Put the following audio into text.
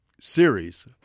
series